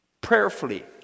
prayerfully